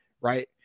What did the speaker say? right